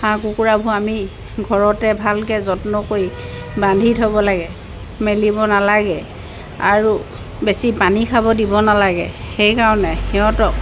হাঁহ কুকুৰাবোৰ আমি ঘৰতে ভালকৈ যত্ন কৰি বান্ধি থ'ব লাগে মেলিব নালাগে আৰু বেছি পানী খাব দিব নালাগে সেইকাৰণে সিহঁতক